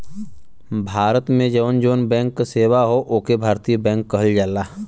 भारत में जौन जौन बैंक क सेवा हौ ओके भारतीय बैंक कहल जाला